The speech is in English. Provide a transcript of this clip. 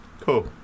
Cool